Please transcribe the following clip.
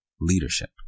leadership